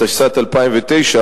התשס"ט 2009,